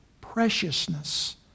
preciousness